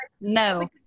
no